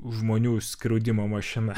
žmonių skriaudimo mašina